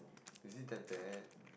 is it that bad